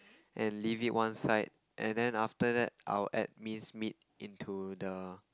and leave it one side and then after that I would add mince meat into the